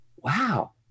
wow